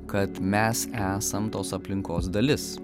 kad mes esam tos aplinkos dalis